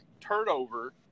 turnover